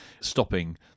stopping